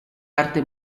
arte